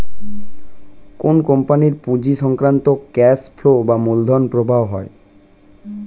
কোন কোম্পানির পুঁজি সংক্রান্ত ক্যাশ ফ্লো বা মূলধন প্রবাহ হয়